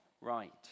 right